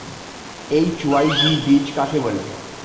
HYV বীজ কাকে বলে?